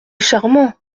charmant